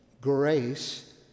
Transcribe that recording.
grace